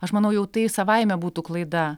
aš manau jau tai savaime būtų klaida